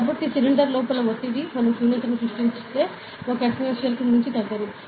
కాబట్టి సిలిండర్ లోపల ఒత్తిడి మనం శూన్యతను సృష్టిస్తే 1 atmosphere మించి తగ్గదు